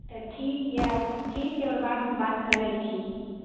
तऽ ठीक यए आओर बादमे बात करैत छी